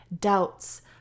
doubts